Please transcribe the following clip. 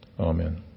Amen